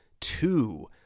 two